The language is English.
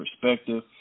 perspective